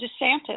DeSantis